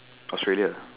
Australia